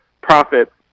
profit